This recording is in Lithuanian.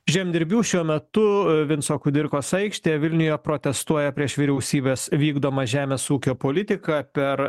žemdirbių šiuo metu vinco kudirkos aikštėj vilniuje protestuoja prieš vyriausybės vykdomą žemės ūkio politiką per